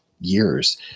years